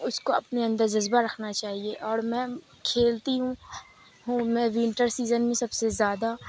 اس کو اپنے اندر جذبہ رکھنا چاہیے اور میں کھیلتی ہوں ہوں میں ونٹر سیزن میں سب سے زیادہ